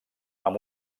amb